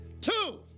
Two